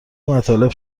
مطالب